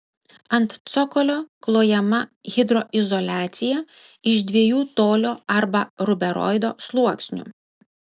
ant cokolio klojama hidroizoliacija iš dviejų tolio arba ruberoido sluoksnių